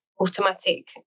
automatic